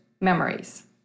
memories